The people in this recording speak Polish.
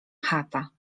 chata